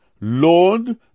lord